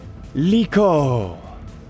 Liko